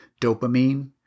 Dopamine